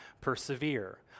persevere